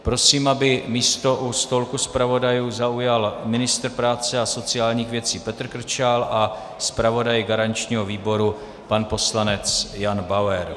Prosím, aby místo u stolku zpravodajů zaujal ministr práce a sociálních věcí Petr Krčál a zpravodaj garančního výboru pan poslanec Jan Bauer.